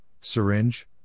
syringe